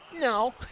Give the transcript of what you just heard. No